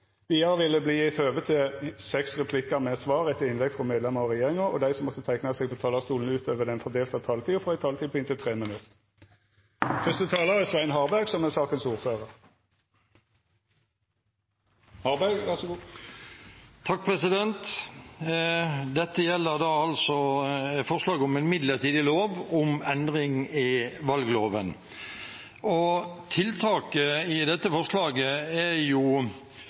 Vidare vil det verta gjeve høve til seks replikkar med svar etter innlegg frå medlemer av regjeringa, og dei som måtte teikna seg på talarlista utover den fordelte taletida, får ei taletid på inntil 3 minutt. Dette gjelder forslag om en midlertidig lov om endring i valgloven. Tiltaket i dette forslaget er